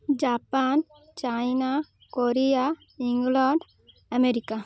Japan China Korea India America